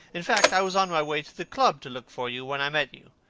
in fact, i was on my way to the club to look for you, when i met you.